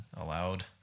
allowed